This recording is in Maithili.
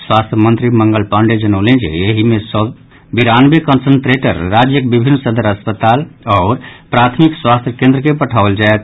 स्वास्थ्य मंत्री मंगल पांडेय जनौलनि जे एहि मे सँ बिरानवे कन्संट्रेटर राज्यक विभिन्न सदर अस्पताल आओर प्राथमिक स्वास्थ्य केन्द्र के पठाओल जायत